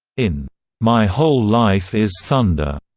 in my whole life is thunder,